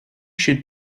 should